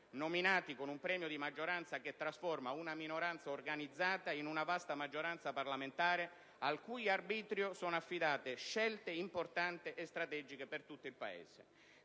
elettori, con un premio di maggioranza che trasforma una minoranza organizzata in una vasta maggioranza parlamentare al cui arbitrio sono affidate scelte importanti e strategiche per tutto il Paese.